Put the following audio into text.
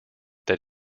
that